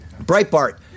Breitbart